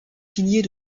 piliers